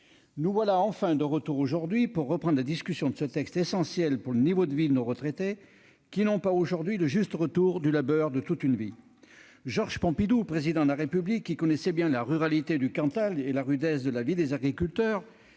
Nous voilà enfin de retour aujourd'hui pour reprendre la discussion sur ce texte essentiel pour le niveau de vie de nos retraités, qui n'ont pas aujourd'hui le juste retour du labeur de toute une vie. Georges Pompidou, Président de la République, qui connaissait bien la ruralité du Cantal et la rudesse de la vie des agriculteurs,